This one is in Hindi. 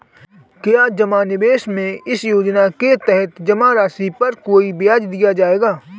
क्या जमा निवेश में इस योजना के तहत जमा राशि पर कोई ब्याज दिया जाएगा?